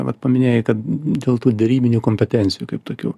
vat paminėjai kad dėl tų derybinių kompetencijų kaip tokių